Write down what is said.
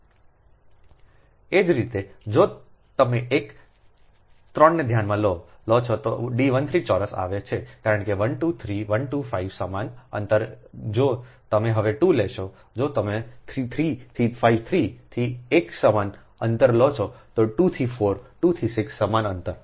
એ જ રીતે જો તમે એક 3 ને ધ્યાનમાં લો છો તો D 13 ચોરસ આવે છે કારણ કે 1 2 3 1 2 5 સમાન અંતર જો તમે હવે 2 લેશોજો તમે 3 3 થી 5 3 થી 1 સમાન અંતર લો છો તો 2 થી 4 2 થી 6 સમાન અંતર